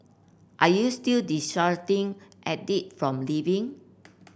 are you still dissuading Aide from leaving